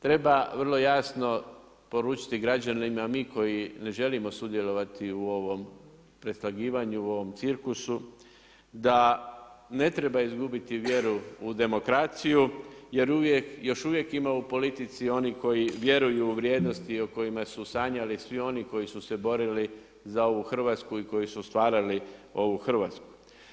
Treba vrlo jasno poručiti građanima, mi koji ne želimo sudjelovati u ovom preslagivanju, u ovom cirkusu da ne treba izgubiti vjeru u demokraciju, jer još uvijek ima u politici koji vjeruju u vrijednosti i o kojima su sanjali svi oni koji su se borili za ovu Hrvatsku i koji su stvarali ovu Hrvatsku.